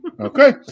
Okay